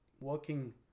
working